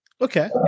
okay